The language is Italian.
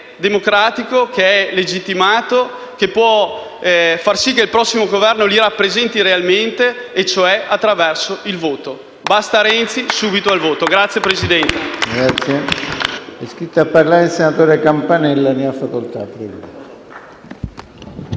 democratico e legittimato, che può far sì che il prossimo Governo li rappresenti realmente, e cioè attraverso il voto. Basta Renzi! Subito al voto. *(Applausi